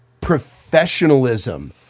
professionalism